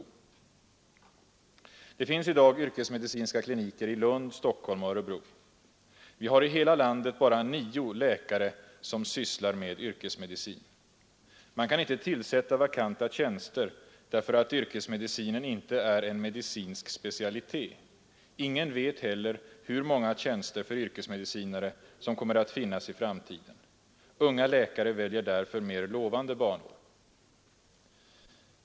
Det finns i dag yrkesmedicinska kliniker i Lund, Stockholm och Örebro. Vi har i hela landet bara nio läkare som sysslar med yrkesmedicin. Man kan inte tillsätta vakanta tjänster därför att yrkesmedicinen inte är en medicinsk specialitet. Ingen vet heller hur många tjänster för yrkesmedicinare som kommer att finnas i framtiden. Unga läkare väljer därför mer lovande banor.